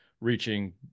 reaching